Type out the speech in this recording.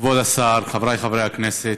כבוד השר, חבריי חברי הכנסת,